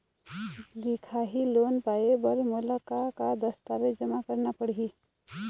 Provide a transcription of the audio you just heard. दिखाही लोन पाए बर मोला का का दस्तावेज जमा करना पड़ही?